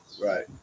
right